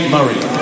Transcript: Murray